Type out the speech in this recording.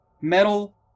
metal